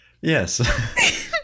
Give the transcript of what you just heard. yes